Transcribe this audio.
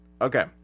Okay